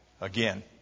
again